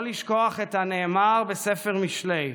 לא לשכוח את הנאמר בספר משלי: